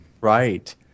Right